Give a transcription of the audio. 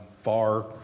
far